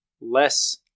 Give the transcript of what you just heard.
less